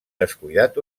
descuidat